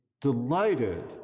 delighted